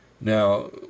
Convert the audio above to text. now